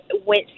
went